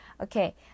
Okay